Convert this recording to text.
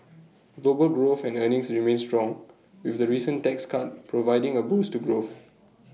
global growth and earnings remain strong with the recent tax cuts providing A boost to growth